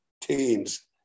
teams